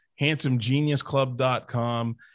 handsomegeniusclub.com